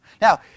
Now